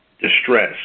distress